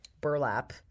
burlap